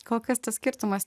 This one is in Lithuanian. kol kas tas skirtumas